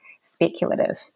speculative